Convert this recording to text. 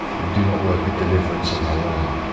and do not work a deliverance of our own.